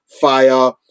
Fire